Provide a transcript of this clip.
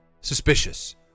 suspicious